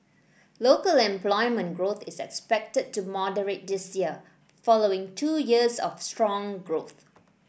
local employment growth is expected to moderate this year following two years of strong growth